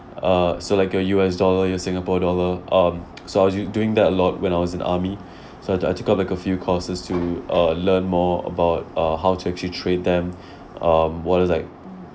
uh so like your U_S dollar your singapore dollar um so I was u~ doing that a lot when I was in the army so I I took up like a few courses to uh learn more about uh how to actually trade them um what is like